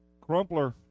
Crumpler